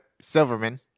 Silverman